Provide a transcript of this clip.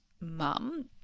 mum